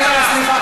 סליחה,